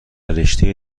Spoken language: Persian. رشته